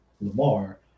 Lamar